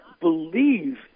believe